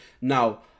Now